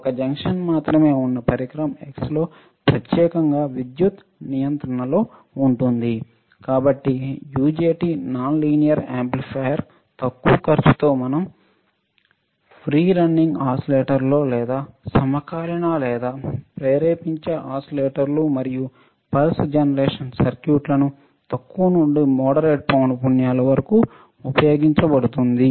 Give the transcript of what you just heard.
ఒక జంక్షన్ మాత్రమే ఉన్న పరికరం X లో ప్రత్యేకంగా విద్యుత్ నియంత్రణలో ఉంటుంది కాబట్టి యుజెటి నాన్ లీనియర్ యాంప్లిఫైయర్ తక్కువ ఖర్చు తో మరియు Free రన్నింగ్ ఓసిలేటర్లలో లేదా సమకాలీక లేదా ప్రేరేపించే ఓసిలేటర్లు మరియు పల్స్ జనరేషన్ సర్క్యూట్లను తక్కువ నుండి మోడరేట్ పౌనఃపున్యాల వరకు ఉపయోగించబడుతుంది